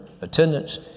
attendance